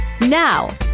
Now